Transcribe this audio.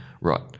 Right